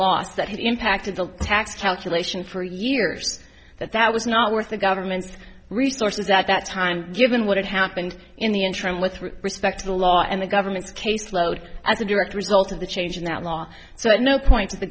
that had impacted the tax calculation for years that that was not worth the government's resources that time given what had happened in the interim with respect to the law and the government's caseload as a direct result of the change in that law so at no point does the